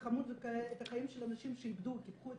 את החיים של הנשים שאיבדו וקיפחו את